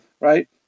right